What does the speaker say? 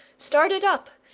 started up,